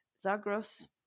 Zagros